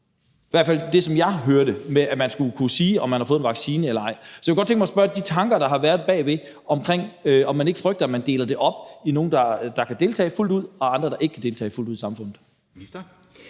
i hvert fald ifølge det, jeg hørte, om, at man skulle kunne sige, om man havde fået en vaccine eller ej. Så jeg kunne godt tænke mig at spørge til de tanker, der har været bag, og om man ikke frygter, at man deler befolkningen op i nogle, der kan deltage fuldt ud i samfundet, og andre, der ikke kan deltage fuldt ud. Kl.